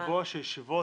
לקבוע שישיבות